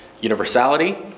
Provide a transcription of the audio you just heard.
Universality